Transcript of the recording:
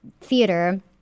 theater